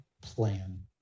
plan